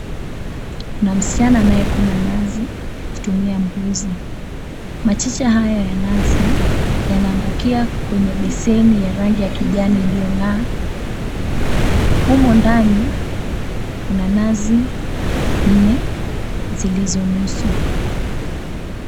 Kuna msichana anayekuna nazi kutumia mbuzi. Machicha haya ya nazi yanaangukia kwenye beseni ya rangi ya kijani iliyong'aa. Humo ndani mna nazi nne zilizo nusu.